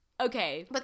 Okay